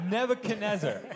Nebuchadnezzar